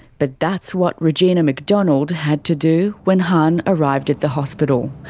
but that's what regina mcdonald had to do when hanh arrived at the hospital.